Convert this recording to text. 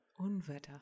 Unwetter